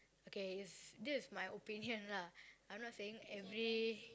okay is this is my opinion lah I'm not saying every